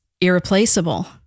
irreplaceable